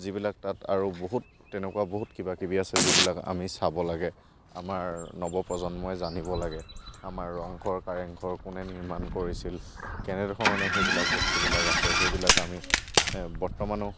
যিবিলাক তাত আৰু বহুত তেনেকুৱা বহুত কিবাকিবি আছে যিবিলাক আমি চাব লাগে আমাৰ নৱপ্ৰজন্মই জানিব লাগে আমাৰ ৰংঘৰ কাৰেং ঘৰ কোনে নিৰ্মাণ কৰিছিল কেনেধৰণে সেইবিলাক বস্তুবিলাক আছে সেইবিলাক আমি বৰ্তমানো